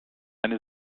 eine